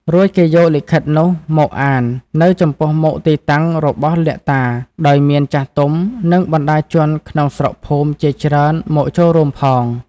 រួចគេយកលិខិតនោះមកអាន នៅចំពោះមុខទីតាំងរបស់អ្នកតា ដោយមាន ចាស់ទុំ និង បណ្តាជនក្នុងស្រុកភូមិជាច្រើនមកចូលរួមផង។